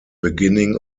beginning